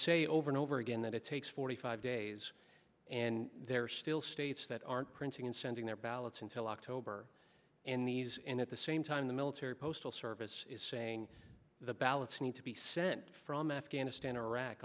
say over and over again that it takes forty five days and there are still states that aren't printing and sending their ballots until october in these in at the same time the military postal service is saying the ballots need to be sent from afghanistan or iraq